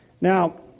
Now